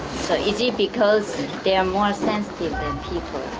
so, is it because they are more sensitive than people? or,